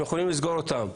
יכולים לסגור אותם,